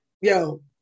yo